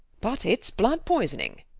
but it's blood-poisoning.